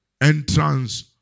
entrance